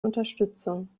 unterstützung